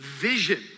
vision